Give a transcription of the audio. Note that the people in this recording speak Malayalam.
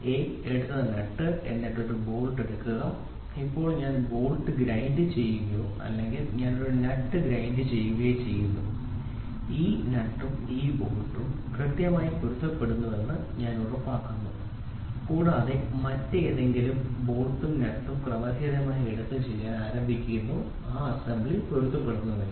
a എടുത്ത നട്ട് എന്നിട്ട് ഒരു ബോൾട്ട് എടുക്കുക ഇപ്പോൾ ഞാൻ ബോൾട്ട് ഗ്രൈൻഡ് ചെയ്യുകയോ അല്ലെങ്കിൽ ഞാൻ ഒരു നട്ട് ഗ്രൈൻഡ് ചെയ്യുകയോ ചെയ്യുന്നു ഈ നട്ടും ഈ ബോൾട്ടും കൃത്യമായി പൊരുത്തപ്പെടുന്നുവെന്ന് ഞാൻ ഉറപ്പാക്കുന്നു കൂടാതെ മറ്റേതെങ്കിലും നട്ടും മറ്റേതെങ്കിലും ബോൾട്ടും ക്രമരഹിതമായി എടുത്ത് ചെയ്യാൻ ആരംഭിക്കുക അസംബ്ലി പൊരുത്തപ്പെടുന്നില്ല